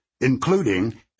including